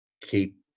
keep